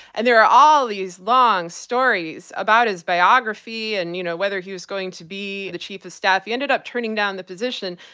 and there were all these long stories about his biography and, you know, whether he was going to be chief of staff. he ended up turning down the position,